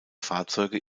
fahrzeuge